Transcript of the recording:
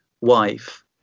wife